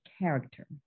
character